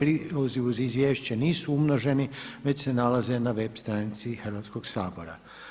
Prilozi uz izvješće nisu umnoženi već se nalaze na web stranici Hrvatskog sabora.